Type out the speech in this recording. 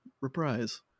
reprise